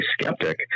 skeptic